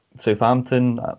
Southampton